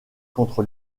contre